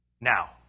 Now